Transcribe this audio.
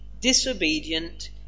disobedient